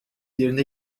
yerine